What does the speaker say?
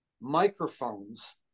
microphones